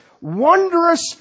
wondrous